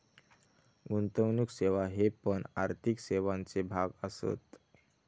गुंतवणुक सेवा हे पण आर्थिक सेवांचे भाग असत